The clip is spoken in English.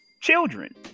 children